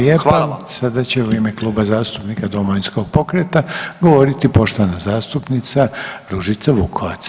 Sada će u ime Kluba zastupnika Domovinskog pokreta govoriti poštovana zastupnica Ružica Vukovac.